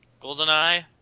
GoldenEye